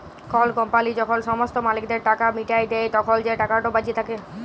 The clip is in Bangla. কল কম্পালি যখল সমস্ত মালিকদের টাকা মিটাঁয় দেই, তখল যে টাকাট বাঁচে থ্যাকে